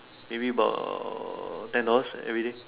maybe about ten dollars everyday